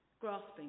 grasping